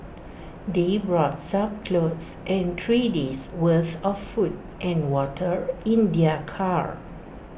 they brought some clothes and three days' worth of food and water in their car